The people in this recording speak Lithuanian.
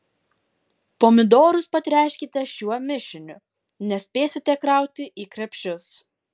pomidorus patręškite šiuo mišiniu nespėsite krauti į krepšius